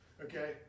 Okay